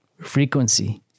frequency